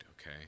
okay